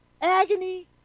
Agony